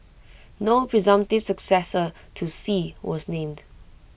no presumptive successor to Xi was named